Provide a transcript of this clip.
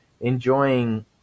enjoying